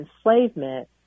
enslavement